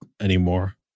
anymore